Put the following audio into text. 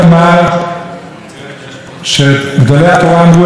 שגדולי התורה אמרו אתמול שעם ישראל חי בזכות התורה,